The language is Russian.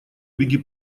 беги